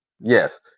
Yes